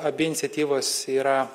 abi iniciatyvos yra